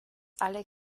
alle